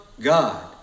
God